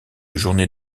journée